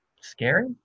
scary